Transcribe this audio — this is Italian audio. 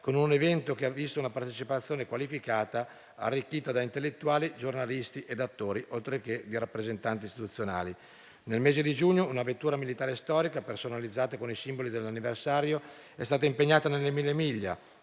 con un evento che ha visto una partecipazione qualificata, arricchita da intellettuali, giornalisti ed attori, oltre che rappresentanti istituzionali. Nel mese di giugno, una vettura militare storica, personalizzata con i simboli dell'anniversario, è stata impegnata nella Mille Miglia,